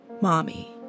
mommy